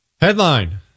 Headline